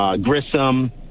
Grissom